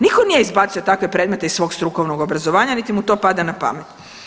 Nitko nije izbacio takve predmete iz svog strukovnog obrazovanja iti mu to pada na pamet.